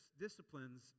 disciplines